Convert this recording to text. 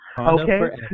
Okay